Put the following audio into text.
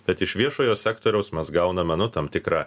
bet iš viešojo sektoriaus mes gauname nu tam tikrą